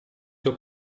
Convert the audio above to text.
sur